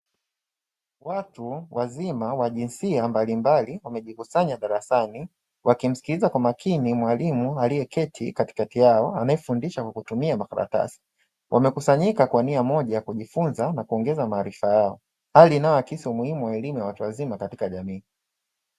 Watu wazima wa jinsia mbalimbali wamejikusanya darasani, wakimsikiliza kwa makini mwalimu akiyeketi katikati yao anayefundisha kwa kutumia makaratasi, wamekusanyika kwa nia moja kujifunza na kuongeza maarifa yao; hali inayoakisi umuhimu wa elimu ya watu wazima katika jamii.